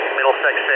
Middlesex